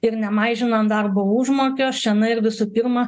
ir nemažinant darbo užmokesčio na ir visų pirma